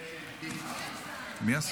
מי השר?